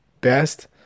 best